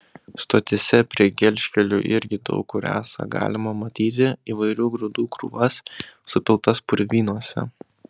stotyse prie gelžkelių irgi daug kur esą galima matyti įvairių grūdų krūvas supiltas purvynuose